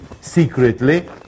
secretly